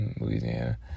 Louisiana